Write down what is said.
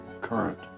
current